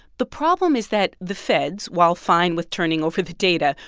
the problem is that the feds, while fine with turning over the data,